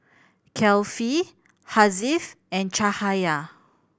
Kefli Hasif and Cahaya